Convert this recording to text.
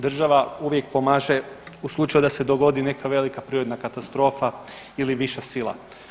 Država uvijek pomaže u slučaju da se dogodi neka velika prirodna katastrofa ili viša sila.